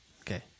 Okay